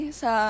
sa